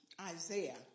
Isaiah